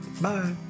Bye